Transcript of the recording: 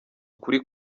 ukuri